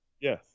Yes